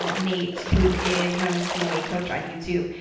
ah nate, who is known as cma coach on youtube,